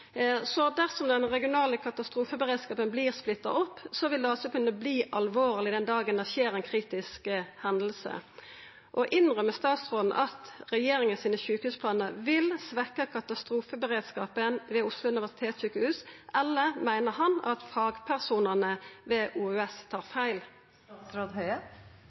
Dersom den regionale katastrofeberedskapen vert splitta opp, vil det altså kunna verta alvorleg den dagen det skjer ei kritisk hending. Innrømmer statsråden at regjeringa sine sjukehusplanar vil svekkja katastrofeberedskapen ved Oslo universitetssykehus? Eller meiner han at fagpersonane ved OUS tar feil?